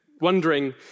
wondering